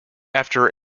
after